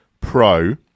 Pro